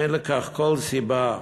אין לכך כל סיבה.